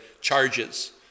charges